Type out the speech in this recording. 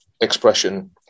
expression